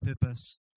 purpose